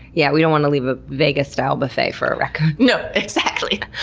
yeah, we don't want to leave a vegas-style buffet for a raccoon. no, exactly.